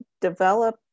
develop